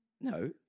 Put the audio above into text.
No